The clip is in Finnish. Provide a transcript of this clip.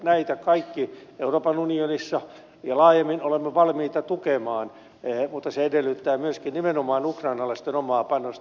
näitä kaikki euroopan unionissa ja laajemmin olemme valmiita tukemaan mutta se edellyttää myöskin nimenomaan ukrainalaisten omaa panosta